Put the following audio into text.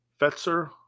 Fetzer